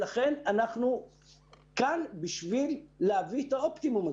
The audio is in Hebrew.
לכן אנחנו כאן, כדי להביא את האופטימום הזה.